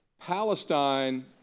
Palestine